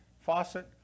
faucet